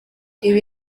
ibi